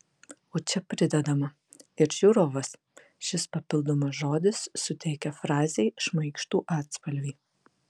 o čia pridedama ir žiūrovas šis papildomas žodis suteikia frazei šmaikštų atspalvį